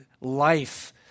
life